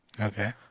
Okay